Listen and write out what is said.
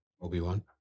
Obi-Wan